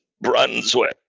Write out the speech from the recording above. Brunswick